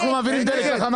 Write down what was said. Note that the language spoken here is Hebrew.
ננעלה בשעה